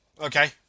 Okay